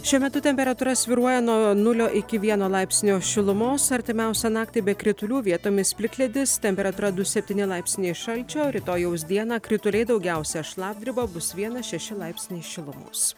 šiuo metu temperatūra svyruoja nuo nulio iki vieno laipsnio šilumos artimiausią naktį be kritulių vietomis plikledis temperatūra du septyni laipsniai šalčio rytojaus dieną krituliai daugiausiai šlapdriba bus vienas šeši laipsniai šilumos